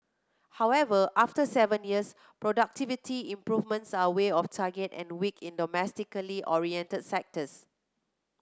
however after seven years productivity improvements are way off target and weak in domestically oriented sectors